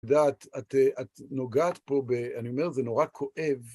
את יודעת, את אה... את נוגעת פה ב... אני אומר, זה נורא כואב.